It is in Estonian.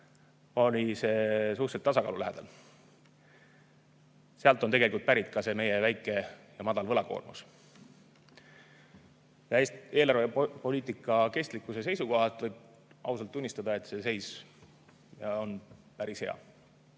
alates suhteliselt tasakaalu lähedal. Sealt on pärit ka see meie väike ja madal võlakoormus. Eelarvepoliitika kestlikkuse seisukohalt võib ausalt tunnistada, et see seis on päris hea.